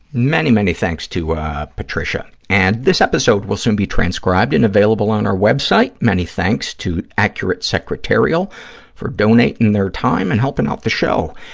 many, many thanks to patricia. and this episode will soon be transcribed and available on our web site. many thanks to accurate secretarial for donating their time and helping out the show.